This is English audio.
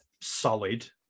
solid